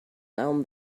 down